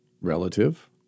relative